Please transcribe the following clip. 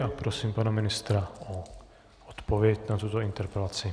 A prosím pana ministra o odpověď na tuto interpelaci.